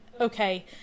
okay